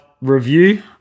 review